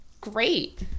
great